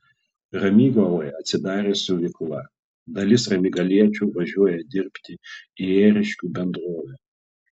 ramygaloje atsidarė siuvykla dalis ramygaliečių važiuoja dirbti į ėriškių bendrovę